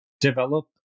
develop